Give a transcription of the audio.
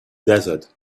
desert